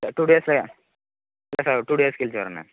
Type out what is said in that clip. two days இல்லை sir ஒரு two days கழிச்சு வரனே